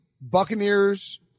Buccaneers